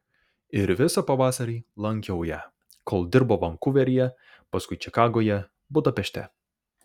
ir visą pavasarį lankiau ją kol dirbo vankuveryje paskui čikagoje budapešte